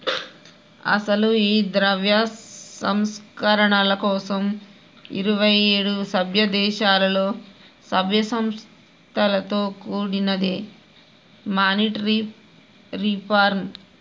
అసలు ఈ ద్రవ్య సంస్కరణల కోసం ఇరువైఏడు సభ్య దేశాలలో సభ్య సంస్థలతో కూడినదే మానిటరీ రిఫార్మ్